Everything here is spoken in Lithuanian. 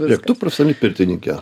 žiūrėk tu profesionali pirtininkė